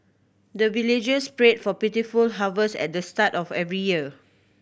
the villagers pray for plentiful harvest at the start of every year